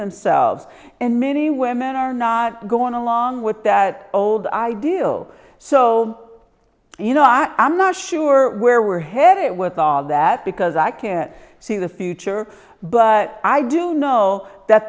themselves in many women are not going along with that old ideal so you know i'm not sure where we're headed it was all that because i can't see the future but i do know that